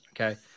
Okay